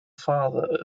father